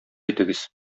итегез